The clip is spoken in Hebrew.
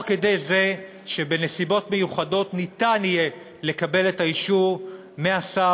תוך כדי זה שבנסיבות מיוחדות אפשר יהיה לקבל את האישור מהשר